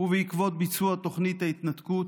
ובעקבות ביצוע תוכנית ההתנתקות,